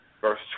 Verse